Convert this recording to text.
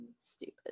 Stupid